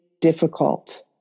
difficult